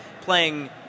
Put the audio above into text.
playing